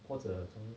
或者从